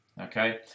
okay